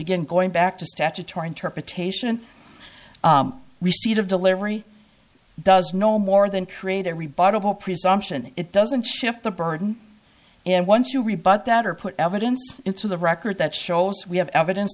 again going back to statutory interpretation receipt of delivery does no more than create a rebuttal presumption it doesn't shift the burden and once you rebut that or put evidence into the record that shows we have evidence